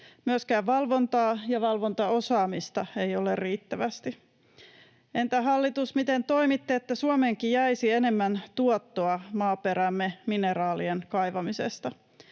Myöskään valvontaa ja valvontaosaamista ei ole riittävästi. Entä, hallitus, miten toimitte, että Suomeenkin jäisi enemmän tuottoa maaperämme mineraalien kaivamisesta?